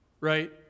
right